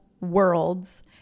worlds